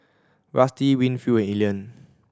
Rusty Winfield and Elian